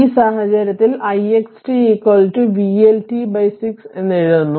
ഈ സാഹചര്യത്തിൽ ix t vLt 6 എന്ന് എഴുതുന്നു